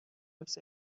حفظ